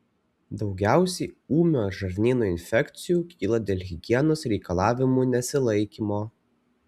daugiausiai ūmių žarnyno infekcijų kyla dėl higienos reikalavimų nesilaikymo